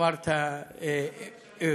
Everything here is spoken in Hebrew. היית צריך שאני, אמת.